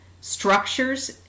structures